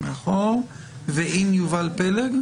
יובל פלג,